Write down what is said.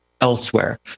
elsewhere